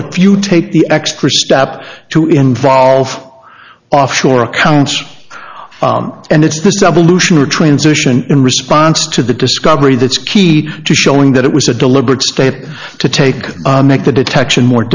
but if you take the extra step to involve offshore accounts and it's the sub illusion or transition in response to the discovery that's key to showing that it was a deliberate step to take and make the detection more